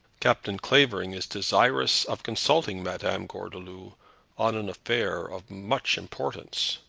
captain clavering is desirous of consulting madame gordeloup on an affair of much importance.